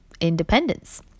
independence